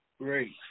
Great